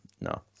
no